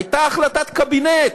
הייתה החלטת קבינט,